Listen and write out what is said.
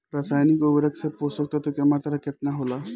रसायनिक उर्वरक मे पोषक तत्व के मात्रा केतना होला?